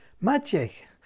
magic